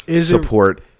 support